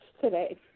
today